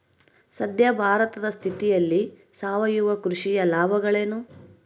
ಸದ್ಯ ಭಾರತದ ಸ್ಥಿತಿಯಲ್ಲಿ ಸಾವಯವ ಕೃಷಿಯ ಲಾಭಗಳೇನು?